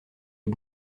les